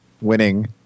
Winning